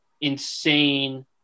insane